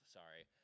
sorry